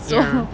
ya